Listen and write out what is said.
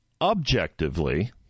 objectively